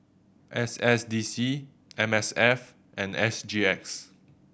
S S D C M S F and S G X